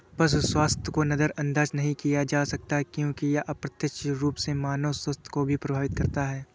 पशु स्वास्थ्य को नजरअंदाज नहीं किया जा सकता क्योंकि यह अप्रत्यक्ष रूप से मानव स्वास्थ्य को भी प्रभावित करता है